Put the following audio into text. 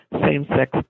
same-sex